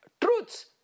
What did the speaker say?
truths